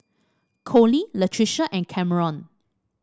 Colie Latricia and Cameron